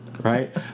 right